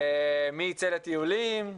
מי יצא לטיולים?